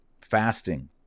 fasting